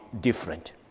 different